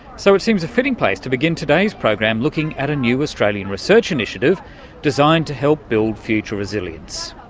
so it seems a fitting place to begin today's program looking at a new australian research initiative designed to help build future resilience.